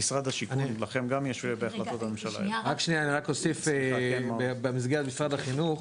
אני רק אוסיף במסגרת משרד החינוך.